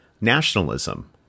nationalism